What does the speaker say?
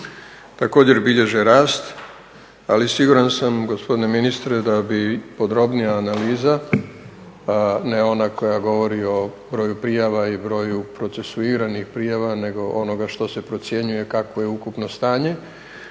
također bilježe rast, ali siguran sam gospodine ministre da bi podrobnija analiza, ne ona koja govori o broju prijava i broju procesuiranih prijava nego onoga što se procjenjuje kakvo je ukupno stanje